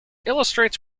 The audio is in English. illustrates